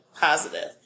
positive